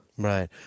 Right